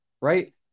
right